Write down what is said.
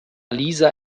lisa